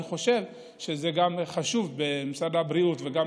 אני חושב שזה חשוב שלמשרד הבריאות ולמשרד